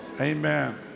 Amen